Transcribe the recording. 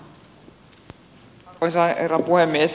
arvoisa herra puhemies